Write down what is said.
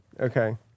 Okay